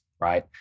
right